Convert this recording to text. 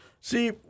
See